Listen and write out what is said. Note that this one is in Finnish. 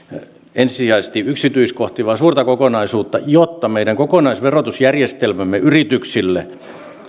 ensisijaisesti yksityiskohtiin vaan katsotaan suurta kokonaisuutta jotta meidän kokonaisverotusjärjestelmämme yrityksille